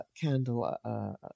candle